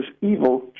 Evil